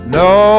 no